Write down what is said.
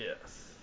Yes